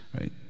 Right